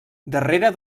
darrere